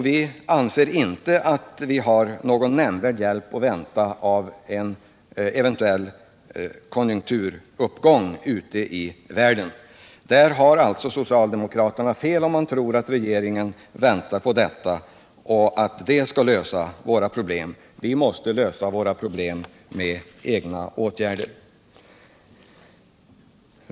Vi anser inte att vi har någon nämnvärd hjälp att vänta av en eventuell konjunkturuppgång ute i världen. Socialdemokraterna har alltså fel om de tror att regeringen väntar på detta och att det skall lösa våra problem. Vi måste lösa dem genom egna ansträngningar.